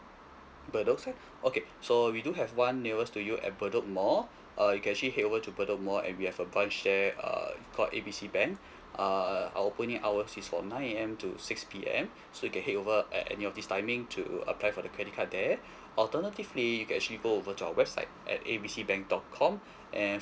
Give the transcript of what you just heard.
bedok side okay so we do have one nearest to you at bedok mall uh you can actually head over to bedok mall and we have a branch there uh called A B C bank uh our opening hours is from nine A_M to six P_M so you can head over at any of this timing to apply for the credit card there alternatively you can actually go over to our website at A B C bank dot com and